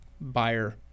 buyer